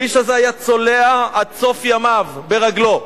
האיש הזה היה צולע עד סוף ימיו ברגלו.